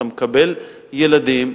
אתה מקבל ילדים,